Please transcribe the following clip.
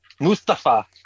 Mustafa